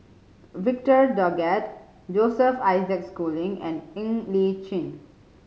Victor Doggett Joseph Isaac Schooling and Ng Li Chin